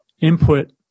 input